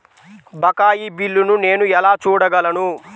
బకాయి బిల్లును నేను ఎలా చూడగలను?